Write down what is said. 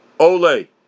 Ole